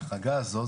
ההחרגה הזו,